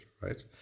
right